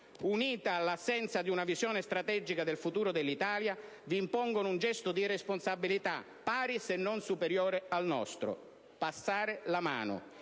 unita all'assenza di una visione strategica del futuro dell'Italia, vi impongono un gesto di responsabilità, pari se non superiore al nostro: passare la mano,